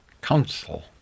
council